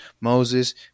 Moses